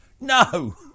no